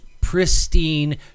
pristine